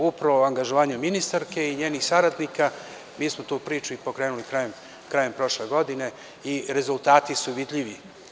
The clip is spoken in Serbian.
Upravo angažovanjem ministarke i njenih saradnika mi smo tu priču i pokrenuli krajem prošle godine i rezultati su vidljivi.